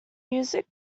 music